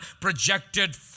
projected